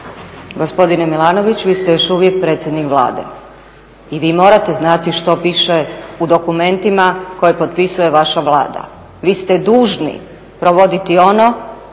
Gospodine Milanoviću vi ste još uvijek predsjednik Vlade i vi morate znati što piše u dokumentima koje potpisuje vaša Vlada. Vi ste dužni provoditi ono